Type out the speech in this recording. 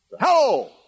Hello